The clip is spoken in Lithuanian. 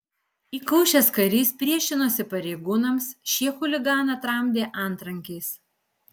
įkaušęs karys priešinosi pareigūnams šie chuliganą tramdė antrankiais